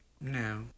no